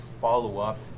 follow-up